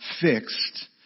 fixed